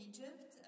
Egypt